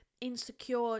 insecure